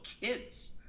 kids